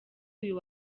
uyu